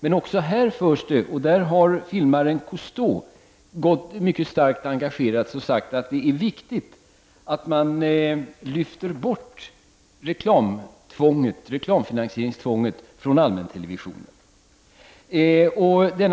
Filmaren Cousteau har engagerat sig mycket starkt och sagt att det är viktigt att man lyfter bort reklamfinansieringstvånget från allmäntelevisionen.